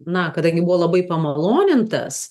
na kadangi buvo labai pamalonintas